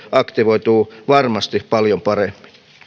aktivoituu varmasti paljon paremmin